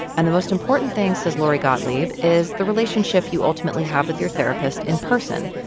and the most important thing, says lori gottlieb, is the relationship you ultimately have with your therapist in person.